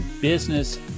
business